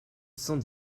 cent